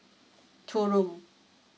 two room